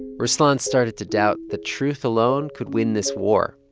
ruslan started to doubt that truth alone could win this war,